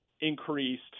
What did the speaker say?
increased –